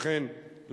אכן,